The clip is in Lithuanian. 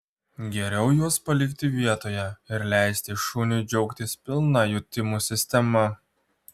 geriau juos palikti vietoje ir leisti šuniui džiaugtis pilna jutimų sistema